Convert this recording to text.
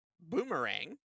Boomerang